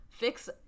fix